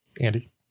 Andy